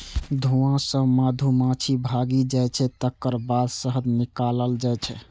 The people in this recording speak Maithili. धुआं सं मधुमाछी भागि जाइ छै, तकर बाद शहद निकालल जाइ छै